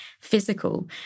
physical